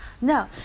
no